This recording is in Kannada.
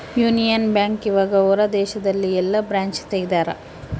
ಯುನಿಯನ್ ಬ್ಯಾಂಕ್ ಇವಗ ಹೊರ ದೇಶದಲ್ಲಿ ಯೆಲ್ಲ ಬ್ರಾಂಚ್ ತೆಗ್ದಾರ